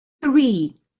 Three